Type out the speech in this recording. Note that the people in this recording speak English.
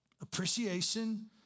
appreciation